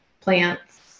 plants